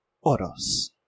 Oros